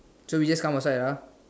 so we just come outside ah